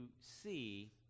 see